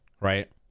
Right